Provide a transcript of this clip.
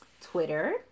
Twitter